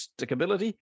stickability